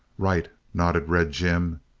right, nodded red jim.